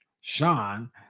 Sean